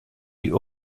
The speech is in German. die